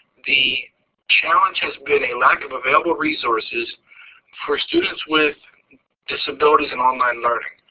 the challenges when a lack of available resources for students with disabilities in online learning.